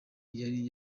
yari